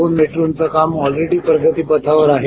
दोन मेट्रोंचं काम ऑलरेडी प्रगतीपथावर आहे